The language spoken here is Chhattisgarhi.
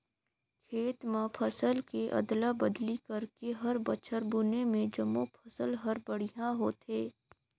खेत म फसल के अदला बदली करके हर बछर बुने में जमो फसल हर बड़िहा होथे